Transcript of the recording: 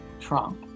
Trump